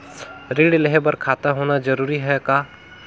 ऋण लेहे बर खाता होना जरूरी ह का?